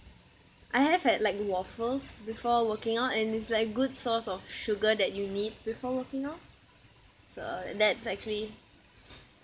I have had like waffles before working out and it's like good source of sugar that you need before working out so that's actually